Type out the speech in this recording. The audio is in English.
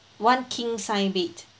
one king size bed